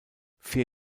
vier